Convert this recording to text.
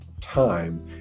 time